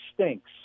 stinks